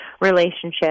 relationship